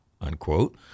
unquote